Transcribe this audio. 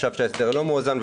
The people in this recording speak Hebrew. שחשב שההסדר לא מאוזן,